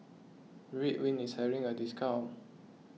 Ridwind is having a discount